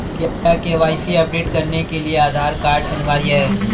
क्या KYC update करने के लिए आधार कार्ड अनिवार्य है?